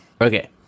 Okay